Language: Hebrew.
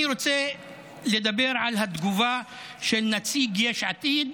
אני רוצה לדבר על התגובה של נציג יש עתיד,